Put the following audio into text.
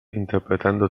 interpretando